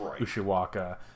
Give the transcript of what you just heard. Ushiwaka